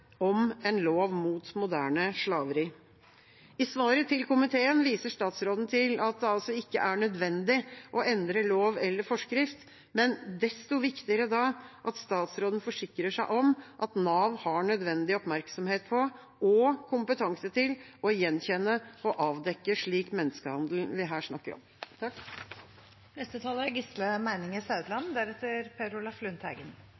om en lov mot moderne slaveri. I svaret til komiteen viser statsråden til at det altså ikke er nødvendig å endre lov eller forskrift, men desto viktigere er det da at statsråden forsikrer seg om at Nav har nødvendig oppmerksomhet på og kompetanse til å gjenkjenne og avdekke slik menneskehandel vi her snakker om. Takk